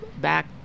back